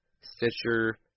stitcher